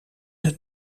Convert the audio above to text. het